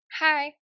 Hi